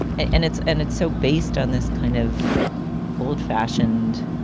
and and it's and it's so based on this kind of old fashioned,